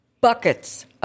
buckets